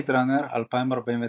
"בלייד ראנר 2049"